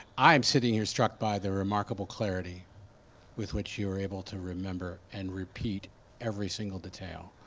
i am sitting here struck by the remarkable clarity with which you are able to remember and repeat every single detail.